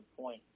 point